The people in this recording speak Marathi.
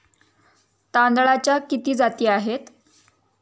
तांदळाच्या किती जाती आहेत?